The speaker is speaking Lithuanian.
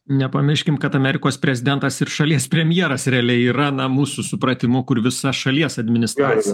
nepamirškim kad amerikos prezidentas ir šalies premjeras realiai yra na mūsų supratimu kur visa šalies administrac